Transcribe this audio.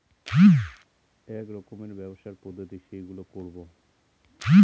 এক রকমের ব্যবসার পদ্ধতি যেইগুলো করবো